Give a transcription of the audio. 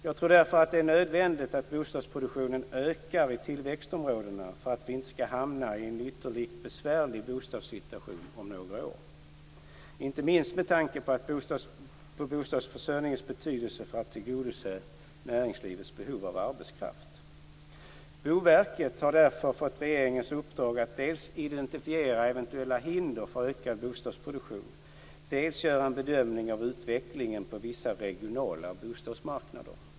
Jag tror därför att det är nödvändigt att bostadsproduktionen ökar i tillväxtområdena för att vi inte skall hamna i en ytterligt besvärlig bostadssituation om några år - inte minst med tanke på bostadsförsörjningens betydelse för att tillgodose näringslivets behov av arbetskraft. Boverket har därför fått regeringens uppdrag att dels identifiera eventuella hinder för ökad bostadsproduktion, dels göra en bedömning av utvecklingen på vissa regionala bostadsmarknader.